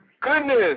Goodness